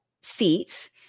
seats